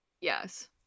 Yes